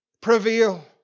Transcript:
prevail